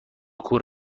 کور